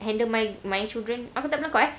handle my my children aku tak pernah bagi tahu kau eh